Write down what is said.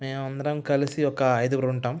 మేమందరం కలిసి ఒక ఐదుగురు ఉంటాం